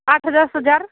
आठ हजार दस हजार